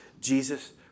Jesus